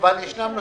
אבל יש נושאים,